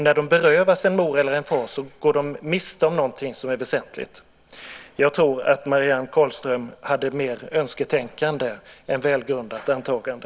När de berövas en mor eller en far går de miste om någonting som är väsentligt. Jag tror att Marianne Carlström hade mer önsketänkande än välgrundat antagande.